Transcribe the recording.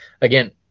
again